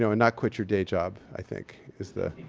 not quit your day job, i think, is the.